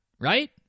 right